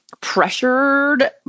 pressured